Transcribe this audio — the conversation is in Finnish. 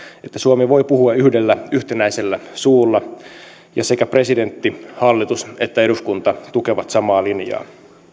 että suomi voi puhua yhdellä yhtenäisellä suulla ja sekä presidentti hallitus että eduskunta tukevat samaa linjaa